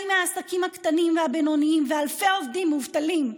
200 מהעסקים הקטנים והבינוניים ואלפי עובדים מובטלים,